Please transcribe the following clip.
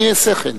אני אעשה כן.